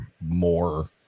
more